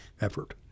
effort